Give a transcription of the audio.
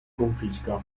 confisca